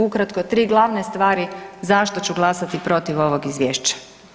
Ukratko tri glavne stvari zašto ću glasati protiv ovog Izvješće.